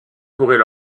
pourrait